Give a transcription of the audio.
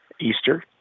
Easter